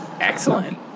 Excellent